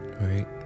right